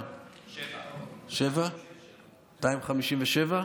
257. 257?